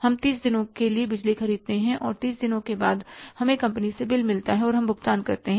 हम 30 दिनों के लिए बिजली खरीदते हैं और 30 दिनों के बाद हमें कंपनी से बिल मिलता है और हम भुगतान करते हैं